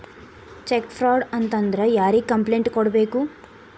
check fraud ಆತಂದ್ರ ಯಾರಿಗ್ complaint ಕೂಡ್ಬೇಕು